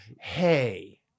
hey